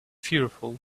fearful